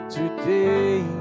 today